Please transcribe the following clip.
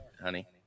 honey